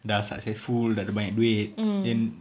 dah successful dah ada banyak duit then